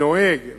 ונוהג ופוגע,